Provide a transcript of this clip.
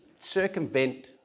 circumvent